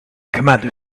commander